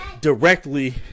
directly